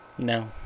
No